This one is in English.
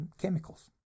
chemicals